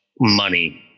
money